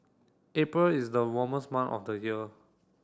April is the warmest month of the year